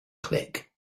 click